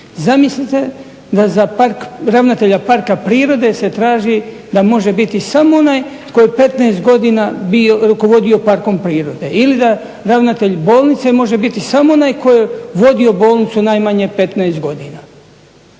Zamislite da za ravnatelja parka prirode se traži da može biti samo onaj tko je 15 godina rukovodio parkom prirode. Ili da ravnatelj bolnice može biti samo onaj tko je vodio bolnicu najmanje 15 godina.